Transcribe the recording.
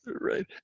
Right